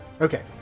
Okay